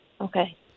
Okay